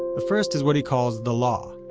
the first is what he calls the law,